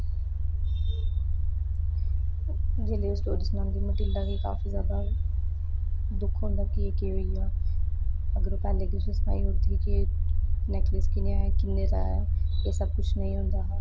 जेल्लै स्टोरी सनांदी मटिलडा गी काफी जादा दुख होंदा कि एह् केह् होइया अगर ओह् पैह्लें गै उसी सनाई ओड़दी ही कि नेकलेस कि'न्ने दा ऐ एह् सब कुछ नेईं होंदा हा